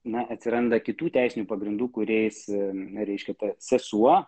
neatsiranda kitų teisinių pagrindų kūrėjais ir neriškite sesuo